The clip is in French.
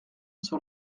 sur